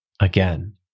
Again